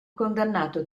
condannato